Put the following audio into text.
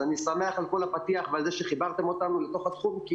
אז אני שמח על כל הפתיח ועל זה שחיברתם אותנו לתוך התחום כי